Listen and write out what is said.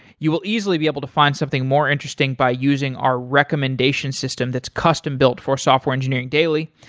you will easily be able to find something more interesting by using our recommendation system that's custom-built for software engineering daily.